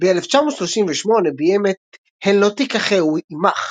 ב־1938 ביים את "הן לא תקחהו עמך",